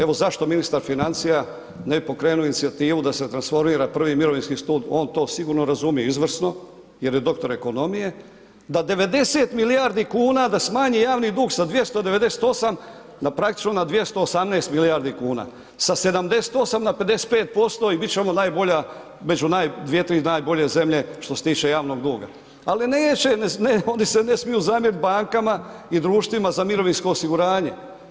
Evo zašto ministar financija ne bi pokrenu inicijativu da se transformira prvi mirovinski stup on to sigurno razumije izvrsno jer je doktor ekonomije, da 90 milijardi kuna da smanji javni dug sa 298 na praktično na 218 milijardi kuna, sa 78 na 55% i bit ćemo najbolja, među 2, 3 najbolje zemlje što se tiče javnog duga, ali neće oni se ne smiju zamjeriti bankama i društvima za mirovinsko osiguranje.